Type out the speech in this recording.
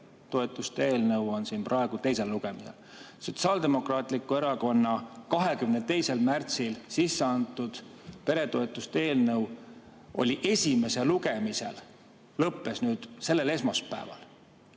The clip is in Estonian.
peretoetuste eelnõu on siin praegu teisel lugemisel, Sotsiaaldemokraatliku Erakonna 22. märtsil sisse antud peretoetuste eelnõu oli esimesel lugemisel, mis lõppes nüüd sellel esmaspäeval.